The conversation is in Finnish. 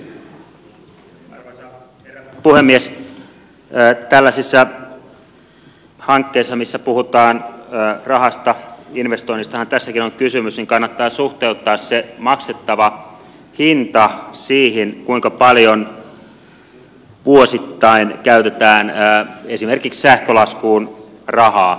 tällaisissa hankkeissa missä puhutaan rahasta investoinnistahan tässäkin on kysymys kannattaa suhteuttaa se maksettava hinta siihen kuinka paljon vuosittain käytetään esimerkiksi sähkölaskuun rahaa